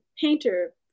painter